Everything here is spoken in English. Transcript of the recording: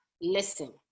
Listen